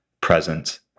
present